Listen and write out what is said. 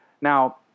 Now